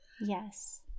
Yes